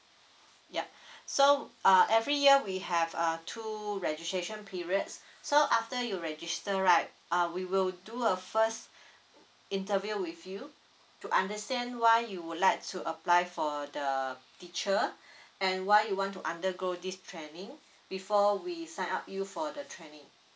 yup so uh every year we have err two registration periods so after you register right uh we will do a first interview with you to understand why you would like to apply for the teacher and why you want to undergo this training before we sign up you for the training